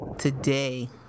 Today